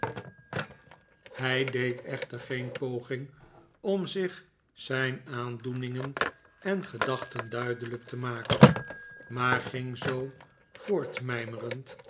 hij deed echter geen poging om zich zijn aandoeningen en gedachten duidelijk te maken maar ging zoo voortmijmerend